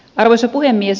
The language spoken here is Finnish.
arvoisa puhemies